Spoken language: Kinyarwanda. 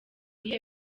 iyihe